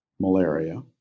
malaria